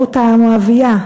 רות המואבייה,